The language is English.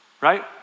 right